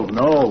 no